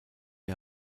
die